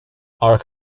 our